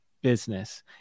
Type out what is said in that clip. business